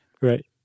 Right